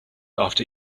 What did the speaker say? after